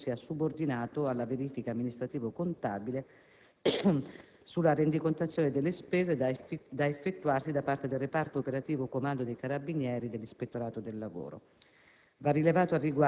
cento sia subordinato alla verifica amministrativo-contabile sulla rendicontazione delle spese, da effettuarsi da parte del reparto operativo del Comando dei carabinieri dell'ispettorato del lavoro.